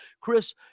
Chris